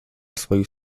swoich